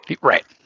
Right